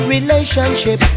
Relationship